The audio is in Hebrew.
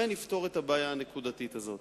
ונפתור את הבעיה הנקודתית הזאת.